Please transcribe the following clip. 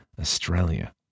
Australia